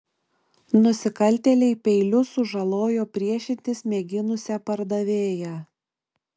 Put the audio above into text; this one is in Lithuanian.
nusikaltėliai peiliu sužalojo priešintis mėginusią pardavėją